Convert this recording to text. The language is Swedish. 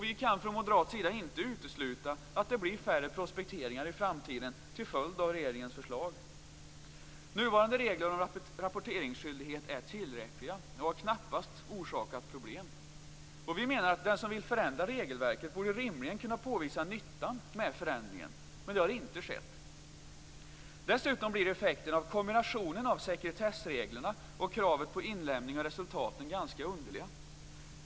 Vi kan från moderat sida inte utesluta att det blir färre prospekteringar i framtiden till följd av regeringens förslag. Nuvarande regler och rapporteringsskyldigheter är tillräckliga och har knappast orsakat problem. Den som vill förändra regelverket borde rimligen kunna påvisa nyttan med förändringen, men det har inte gjorts här. Dessutom får kombinationen av sekretessreglerna och kravet på inlämning av resultaten ganska underliga effekter.